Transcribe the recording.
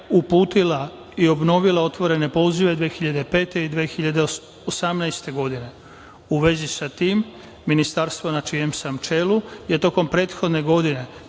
uputila i obnovila otvorene pozive 2005. i 2018. godine. U vezi sa tim, Ministarstvo na čijem sam čelu, je tokom prethodne godine